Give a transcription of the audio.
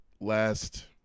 last